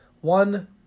one